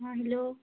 ହଁ ହେଲୋ